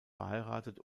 verheiratet